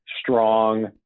strong